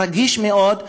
רגיש מאוד,